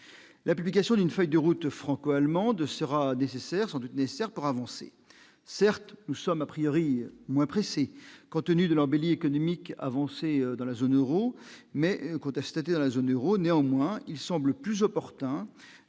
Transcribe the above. la publication d'une feuille de route franco-allemande sera nécessaire sans doute nécessaire pour avancer, certes nous sommes a priori moins pressé contenu de l'embellie économique avancé dans la zone Euro mais contesté dans la zone Euro, néanmoins, il semble plus opportun